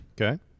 Okay